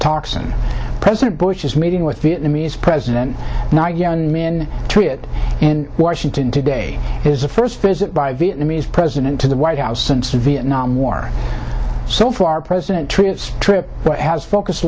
and president bush's meeting with vietnamese president now young men to it in washington today is the first visit by vietnamese president to the white house since the vietnam war so far president trips trip has focus